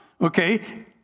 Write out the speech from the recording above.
okay